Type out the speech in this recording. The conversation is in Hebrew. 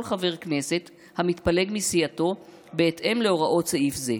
חבר כנסת המתפלג מסיעתו בהתאם להוראות סעיף זה".